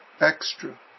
extra